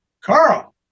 Carl